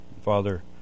Father